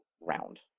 round